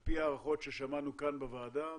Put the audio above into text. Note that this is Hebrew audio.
על פי ההערכות ששמענו כאן בוועדה,